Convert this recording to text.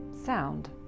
sound